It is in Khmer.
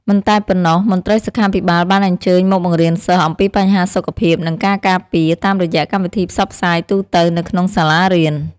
មិនតែប៉ុណ្ណោះ មន្ត្រីសុខាភិបាលបានអញ្ជើញមកបង្រៀនសិស្សអំពីបញ្ហាសុខភាព និងការការពារ តាមរយៈកម្មវិធីផ្សព្វផ្សាយទូទៅនៅក្នុងសាលារៀន។